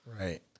Right